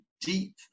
deep